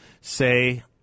say –